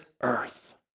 earth